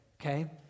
okay